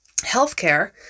Healthcare